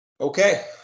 Okay